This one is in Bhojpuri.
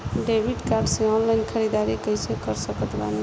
डेबिट कार्ड से ऑनलाइन ख़रीदारी कैसे कर सकत बानी?